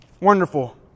Wonderful